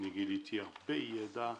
גיליתי הרבה ידע,